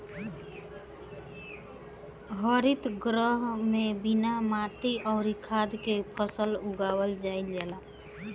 हरित गृह में बिना माटी अउरी खाद के फसल उगावल जाईल जाला